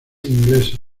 inglesa